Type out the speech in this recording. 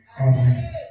Amen